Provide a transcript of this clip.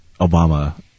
Obama